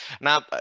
Now